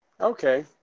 Okay